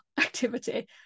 activity